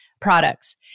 products